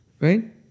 Right